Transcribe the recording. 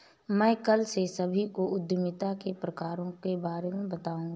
मैं कल से सभी को उद्यमिता के प्रकारों के बारे में बताऊँगा